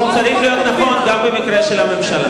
הוא צריך להיות גם במקרה של הממשלה.